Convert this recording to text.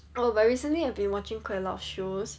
oh but recently I've been watching quite a lot of shows